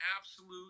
absolute